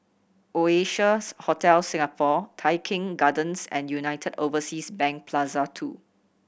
Oasia's Hotel Singapore Tai Keng Gardens and United Overseas Bank Plaza Two